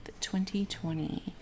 2020